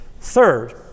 Third